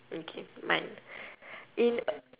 okay mine in a~